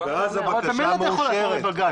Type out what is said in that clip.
-- ואז הבקשה מאושרת.